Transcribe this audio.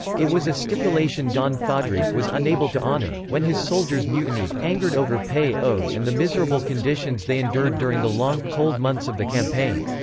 it was a stipulation don fadrique was unable to honor, when his soldiers mutinied, angered over pay owed and the miserable conditions they endured during the long, cold months of the campaign.